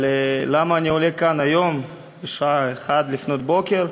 למה אני עולה לכאן היום בשעה אחת לפנות בוקר?